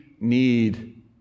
need